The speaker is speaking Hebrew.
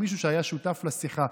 מישהו שהיה שותף לשיחה,